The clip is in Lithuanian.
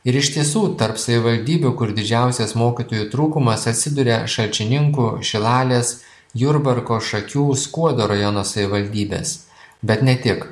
ir iš tiesų tarp savivaldybių kur didžiausias mokytojų trūkumas atsiduria šalčininkų šilalės jurbarko šakių skuodo rajono savivaldybės bet ne tik